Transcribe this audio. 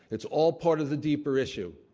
it's all part of the deeper issue.